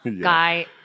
guy